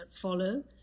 follow